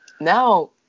Now